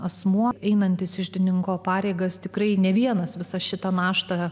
asmuo einantis iždininko pareigas tikrai ne vienas visą šitą naštą